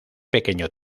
pequeño